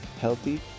healthy